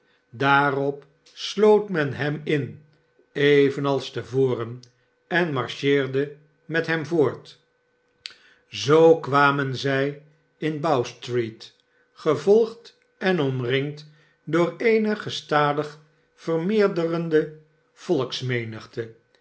daarop sloot men hem in evenals te voren en marcheerde met hem voort zoo kwamen zij in bow-street gevolgd en omringd door eene gestadig vermeerderende